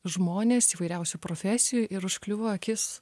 žmones įvairiausių profesijų ir užkliuvo akis